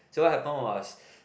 so what happen was